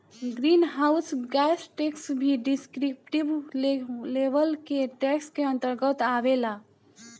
green house gas tax भी descriptive level के tax के अंतर्गत आवेला